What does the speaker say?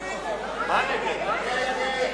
משה מטלון,